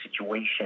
situation